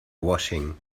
washing